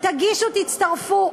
תגישו, תצטרפו.